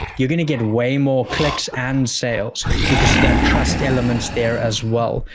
you're going to get way more clicks and sales, because that trust elements there as well.